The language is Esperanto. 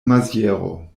maziero